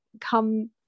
come